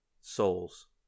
souls